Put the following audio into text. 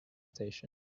station